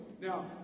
Now